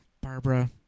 Barbara